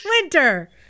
winter